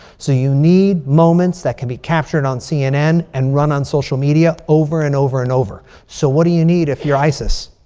so you need moments that can be captured on cnn and run on social media over and over and over. so what do you need if you're isis?